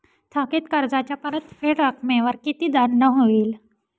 थकीत कर्जाच्या परतफेड रकमेवर किती दंड होईल?